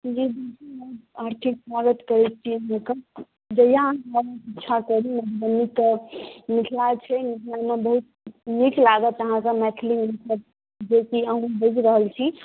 जी हार्दिक स्वागत करे छियैनि हुनकर जहिया अहाँ अबे के इच्छा करू मने तऽ मिथिला छै मिथिला मे बहुत नीक लागत अहाँके मैथिली बेसी अहूँ बुझि रहल छी